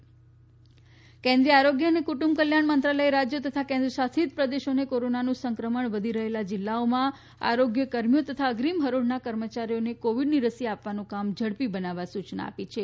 આરોગ્ય રાજયો કેન્દ્રીય આરોગ્ય અને કુટુંબ કલ્યાણ મંત્રાલયે રાજયો તથા કેન્દ્ર શાસિત પ્રદેશોને કોરોનાનું સંક્રમણ વધી રહેલા જીલ્લાઓમાં આરોગ્યકર્મીઓ તથા અગ્રીમ હરોળના કર્મચારીઓને કોવિડની રસી આપવાનું કામ ઝડપી બનાવવા સુયના આપી છે